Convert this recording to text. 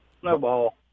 Snowball